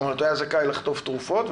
כלומר הוא היה זכאי לחטוף תרופות,